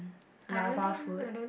lava food